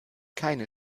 keine